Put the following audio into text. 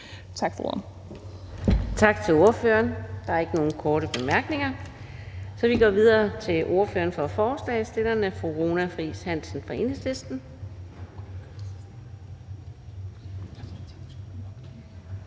Tak for ordet.